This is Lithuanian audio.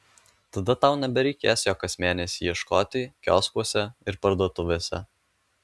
tada tau nebereikės jo kas mėnesį ieškoti kioskuose ir parduotuvėse